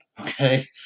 okay